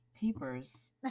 papers